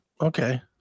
Okay